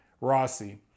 Rossi